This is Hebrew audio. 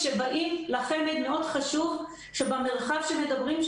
כשבאים לחמ"ד מאוד חשוב שישוו תנאים במרחב שמדברים.